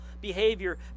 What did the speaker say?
behavior